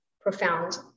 profound